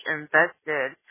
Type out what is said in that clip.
invested